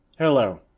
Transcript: Hello